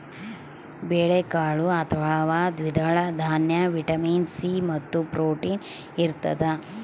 ಬೇಳೆಕಾಳು ಅಥವಾ ದ್ವಿದಳ ದಾನ್ಯ ವಿಟಮಿನ್ ಸಿ ಮತ್ತು ಪ್ರೋಟೀನ್ಸ್ ಇರತಾದ